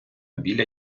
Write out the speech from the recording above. біля